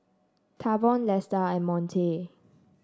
Tavon Lesta and Monte